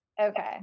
Okay